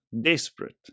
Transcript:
desperate